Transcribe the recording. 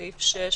סעיף (6),